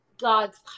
God's